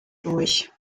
durch